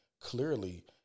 clearly